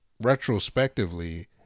retrospectively